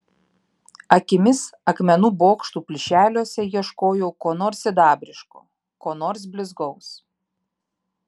akimis akmenų bokštų plyšeliuose ieškojau ko nors sidabriško ko nors blizgaus